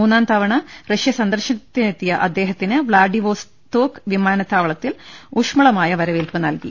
മൂന്നാം തവണ റഷ്യ സന്ദർശന ത്തിനെത്തിയ അദ്ദേഹത്തിന് വ്ളാഡിവൊസ്തോക്ക് വിമാനത്താ വളത്തിൽ ഊഷ്മളമായ വരവേൽപ്പ് നൽകി